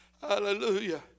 hallelujah